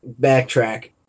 backtrack